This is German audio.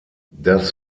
das